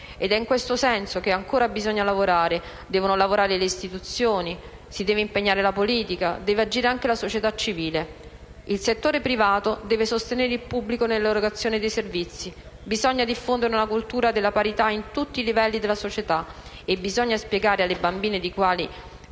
Ed è in questo senso che ancora bisogna lavorare: devono lavorare le istituzioni, si deve impegnare la politica, deve agire anche la società civile. Il settore privato deve sostenere il pubblico nell'erogazione dei servizi. Bisogna diffondere una cultura della parità in tutti i livelli della società e bisogna spiegare alle bambine di quali